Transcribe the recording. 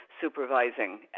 supervising